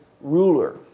ruler